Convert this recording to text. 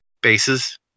bases